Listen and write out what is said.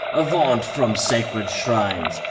avaunt from sacred shrines,